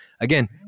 again